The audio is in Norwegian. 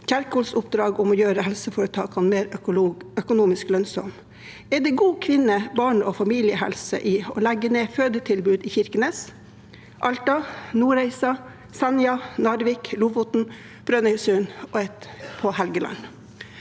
Kjerkols oppdrag om å gjøre helseforetakene mer økonomisk lønnsomme? Er det god kvinne-, barne- og familiehelse i å legge ned fødetilbud i Kirkenes, Alta, Nordreisa, Senja, Narvik, Lofoten, Brønnøysund og ett på Helgeland?